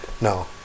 No